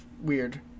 weird